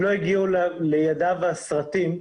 שלא הגיעו לידיו הסרטים,